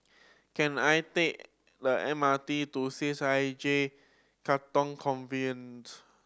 can I take the M R T to C H I J Katong Convent